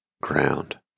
ground